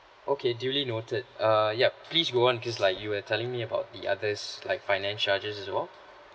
okay duly noted err yup please go on just like you were telling me about the others like finance charges as well